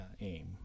aim